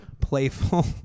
Playful